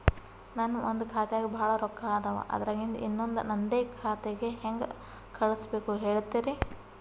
ನನ್ ಒಂದ್ ಖಾತ್ಯಾಗ್ ಭಾಳ್ ರೊಕ್ಕ ಅದಾವ, ಅದ್ರಾಗಿಂದ ಇನ್ನೊಂದ್ ನಂದೇ ಖಾತೆಗೆ ಹೆಂಗ್ ಕಳ್ಸ್ ಬೇಕು ಹೇಳ್ತೇರಿ?